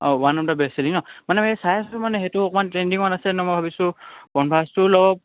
অঁ one of the best selling ন মানে চাই আছোঁ মানে সেইটো অকণমান ট্ৰেণ্ডিঙত আছে ন মই ভাবিছোঁ কনভাৰ্চটো অলপ